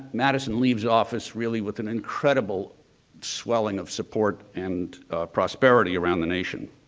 madison leaves office really with an incredible swelling of support and prosperity around the nation.